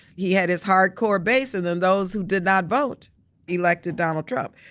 he had his hardcore base and then those who did not vote elected donald trump.